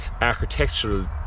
architectural